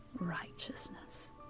righteousness